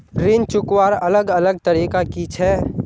ऋण चुकवार अलग अलग तरीका कि छे?